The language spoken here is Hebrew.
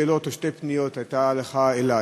שתי שאלות או שתי פניות היו לך אלי: